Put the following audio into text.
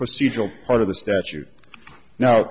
procedural part of the statute now